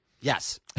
Yes